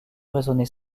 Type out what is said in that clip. raisonner